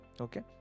okay